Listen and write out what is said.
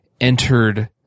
entered